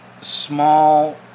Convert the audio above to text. small